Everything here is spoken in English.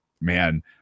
man